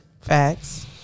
Facts